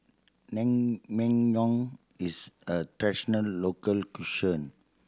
naengmyeon is a traditional local cuisine